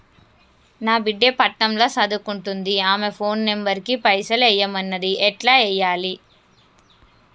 నా బిడ్డే పట్నం ల సదువుకుంటుంది ఆమె ఫోన్ నంబర్ కి పైసల్ ఎయ్యమన్నది ఎట్ల ఎయ్యాలి?